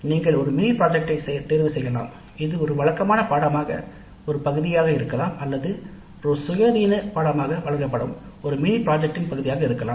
நீங்கள் ஒரு மினி திட்டத்தை தேர்வு செய்யலாம் இது ஒரு வழக்கமான பாடத்தின் ஒரு பகுதியாக இருக்கலாம் அல்லது ஒரு சுயாதீன பாடமாக வழங்கப்படும் ஒரு மினி திட்டத்தின் பகுதியாக இருக்கலாம்